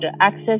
access